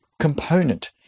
component